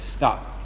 Now